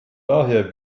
daher